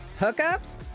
hookups